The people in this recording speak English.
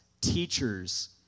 teachers